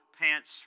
pants